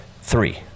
three